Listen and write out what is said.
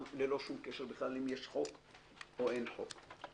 ללא שום קשר בכלל אם יש חוק או אין חוק,